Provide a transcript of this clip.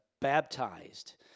baptized